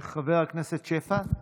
חבר הכנסת שפע,